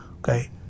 Okay